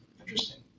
Interesting